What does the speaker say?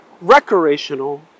recreational